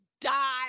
die